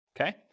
Okay